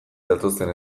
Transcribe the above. datozen